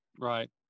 right